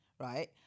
right